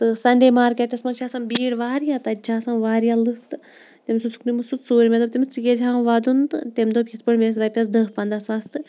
تہٕ سَنڈے مارکیٹَس منٛز چھِ آسان بیٖڈ واریاہ تَتہِ چھِ آسان واریاہ لُکھ تہٕ تٔمِس اوسُکھ نیُمُت سُہ ژوٗرِ مےٚ دوٚپ تٔمِس ژٕ کیٛازِ ہٮ۪وان وَدُن تہٕ تٔمۍ دوٚپ یِتھ پٲٹھۍ مےٚ ٲسۍ رۄپیَس دٔہ پنٛداہ ساس تہٕ